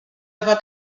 juba